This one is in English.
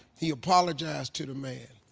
he apologized to the man.